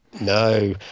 No